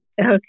Okay